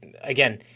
again